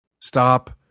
Stop